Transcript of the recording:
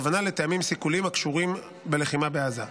הכוונה לטעמים סיכוליים שקשורים בלחימה בעזה.